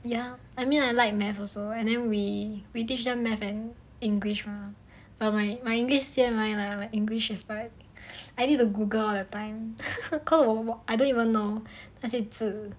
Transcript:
ya I mean I like math also and then we we teach them math and english mah but my english my english C am I like my english is bad I need to Google all the time cause I don't even know 那些字